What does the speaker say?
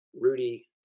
Rudy